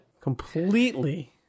Completely